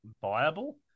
viable